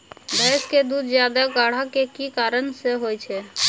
भैंस के दूध ज्यादा गाढ़ा के कि कारण से होय छै?